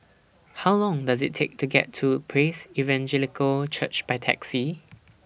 How Long Does IT Take to get to Praise Evangelical Church By Taxi